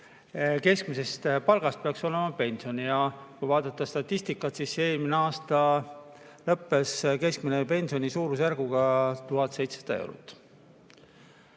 keskmisest palgast peaks olema pension. Ja kui vaadata statistikat, siis eelmine aasta lõppes keskmise pensioni suurusjärguga 1700 eurot.